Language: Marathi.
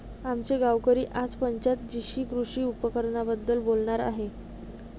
आमचे गावकरी आज पंचायत जीशी कृषी उपकरणांबद्दल बोलणार आहेत